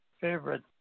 favorite